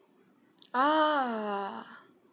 ah